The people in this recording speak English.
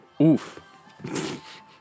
Oof